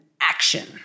action